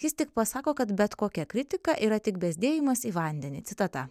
jis tik pasako kad bet kokia kritika yra tik bezdėjimas į vandenį citata